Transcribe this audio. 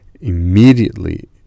immediately